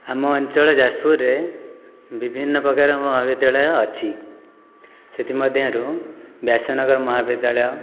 ଆମ ଅଞ୍ଚଳ ଯାଜପୁରରେ ବିଭିନ୍ନପ୍ରକାର ମହାବିଦ୍ୟାଳୟ ଅଛି ସେଥିମଧ୍ୟରୁ ବ୍ୟାସନଗର ମହାବିଦ୍ୟାଳୟ